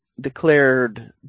declared